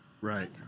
right